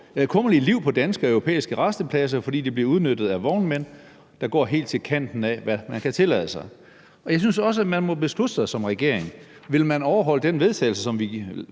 kummerlige liv på danske og europæiske rastepladser, fordi de bliver udnyttet af vognmænd, der går helt til kanten af, hvad de kan tillade sig.« Jeg synes også, man må beslutte sig som regering: Vil man overholde det forslag